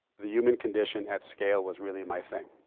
the human condition at scale was really my thing.